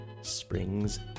Spring's